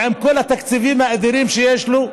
ועם כל התקציבים האדירים שיש לו,